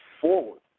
forward